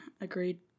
agreed